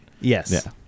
Yes